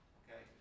okay